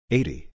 Eighty